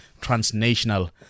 transnational